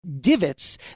divots